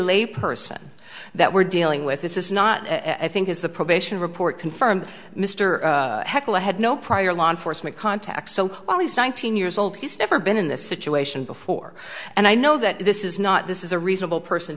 lay person that we're dealing with this is not at think is the probation report confirmed mr hecla had no prior law enforcement contacts so all these nineteen years old he's never been in this situation before and i know that this is not this is a reasonable person